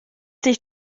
dich